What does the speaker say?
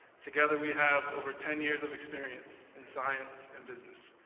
together, we have over ten years of experience in science and business.